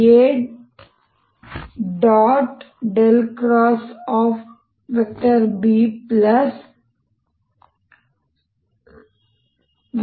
B B